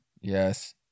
Yes